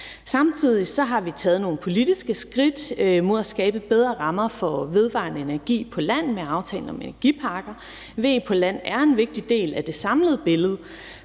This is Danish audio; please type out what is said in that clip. Samtidig har vi politisk taget nogle skridt mod at skabe bedre rammer for vedvarende energi på land med aftalen om energiparker. VE på land er en vigtig del af det samlede billede,